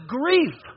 grief